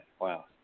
Wow